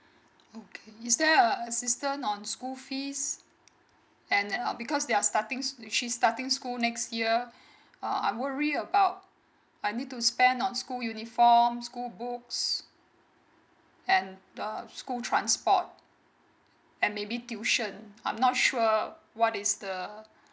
okay is there a assistant on school fees and um because they are starting she starting school next year um I worry about I need to spend on school uniform school books and the school transport and maybe tuition I'm not sure what is the